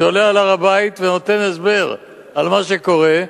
שעולה על הר-הבית ונותן הסבר על מה שקורה,